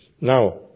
Now